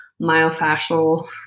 myofascial